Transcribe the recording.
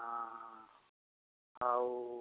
ହଁ ଆଉ